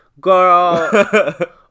Girl